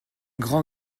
grand